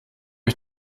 ich